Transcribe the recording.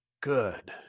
good